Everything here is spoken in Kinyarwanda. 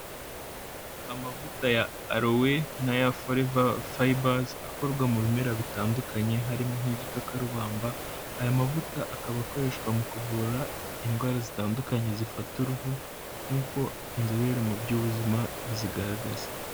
Amavuta ya alowe n'aya foreva fayibazi akorwa mu bimera bitandukanye harimo nk'igikakarubamba, aya mavuta akaba akoreshwa mu kuvura indwara zitandukanye zifata uruhu nk'uko inzobere mu by'ubuzima bizigaragaza.